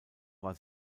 war